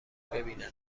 ببینن